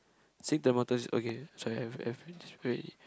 sing to the mountains okay sorry I've I've been through this already